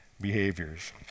behaviors